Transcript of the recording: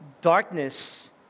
darkness